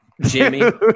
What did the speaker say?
Jimmy